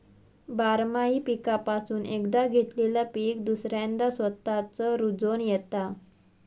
बारमाही पीकापासून एकदा घेतलेला पीक दुसऱ्यांदा स्वतःच रूजोन येता